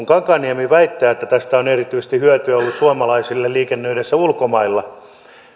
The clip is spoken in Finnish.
kankaanniemi väittää että tästä on erityisesti hyötyä ollut suomalaisille liikennöidessään ulkomailla